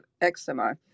eczema